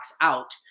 out